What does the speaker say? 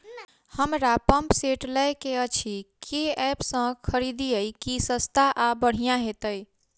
हमरा pump set लय केँ अछि केँ ऐप सँ खरिदियै की सस्ता आ बढ़िया हेतइ?